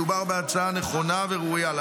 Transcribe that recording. מדובר בהצעה נכונה וראויה.